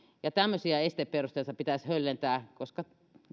tämmöisiä esteperusteita pitäisi höllentää koska